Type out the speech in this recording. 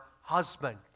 husband